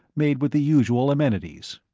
made with the usual amenities.